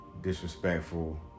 Disrespectful